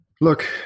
Look